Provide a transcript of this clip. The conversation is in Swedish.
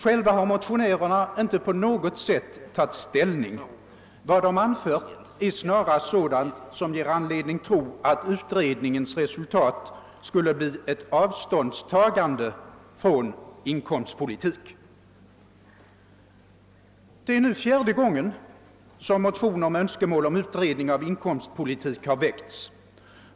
Själva har motionärerna inte på något sätt tagit ställning. Vad de anfört är snarast sådant som ger anledning tro att utredningens resultat skulle bli ett avståndstagande från inkomstpolitik. Det är nu fjärde gången som motion väckts om utredning av inkomstpolitik.